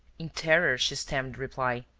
in terror she stammered reply.